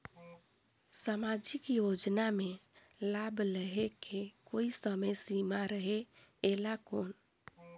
समाजिक योजना मे लाभ लहे के कोई समय सीमा रहे एला कौन?